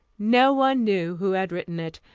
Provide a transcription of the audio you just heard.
no one knew who had written it.